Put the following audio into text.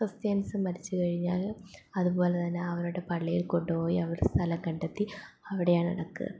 Christians മരിച്ച് കഴിഞ്ഞാൽ അതുപോലെത്തന്നെ അവരുടെ പള്ളിയിൽ കൊണ്ടുപോയി അവർ സ്ഥലം കണ്ടെത്തി അവിടെയാണ് അടക്കുക